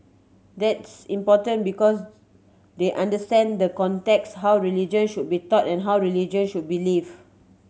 that's important because they understand the context how religion should be taught and how religion should be lived